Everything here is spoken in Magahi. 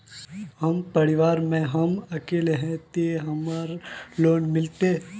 हम परिवार में हम अकेले है ते हमरा लोन मिलते?